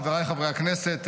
חבריי חברי הכנסת,